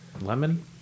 Lemon